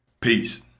Peace